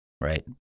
right